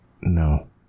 No